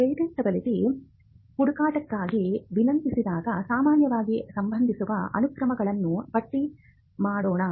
patentability ಹುಡುಕಾಟಕ್ಕಾಗಿ ವಿನಂತಿಸಿದಾಗ ಸಾಮಾನ್ಯವಾಗಿ ಸಂಭವಿಸುವ ಅನುಕ್ರಮಗಳನ್ನು ಪಟ್ಟಿ ಮಾಡೋಣ